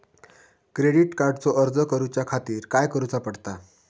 Credit कार्डचो अर्ज करुच्या खातीर काय करूचा पडता?